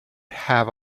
have